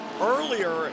earlier